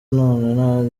nanone